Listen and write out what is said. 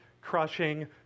crushing